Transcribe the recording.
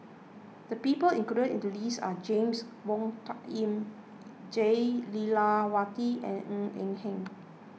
the people included in the list are James Wong Tuck Yim Jah Lelawati and Ng Eng Hen